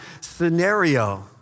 scenario